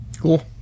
cool